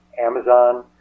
Amazon